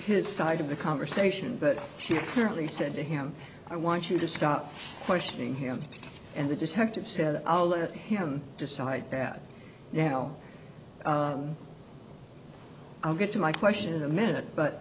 his side of the conversation but she currently said to him i want you to stop questioning him and the detective said i'll let him decide that now i'll get to my question in a minute but